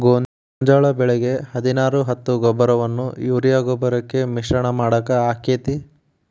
ಗೋಂಜಾಳ ಬೆಳಿಗೆ ಹದಿನಾರು ಹತ್ತು ಗೊಬ್ಬರವನ್ನು ಯೂರಿಯಾ ಗೊಬ್ಬರಕ್ಕೆ ಮಿಶ್ರಣ ಮಾಡಾಕ ಆಕ್ಕೆತಿ?